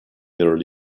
their